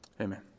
Amen